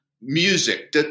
music